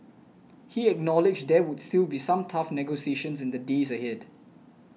he acknowledged there would still be some tough negotiations in the days ahead